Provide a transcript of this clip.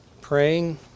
praying